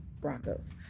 Broncos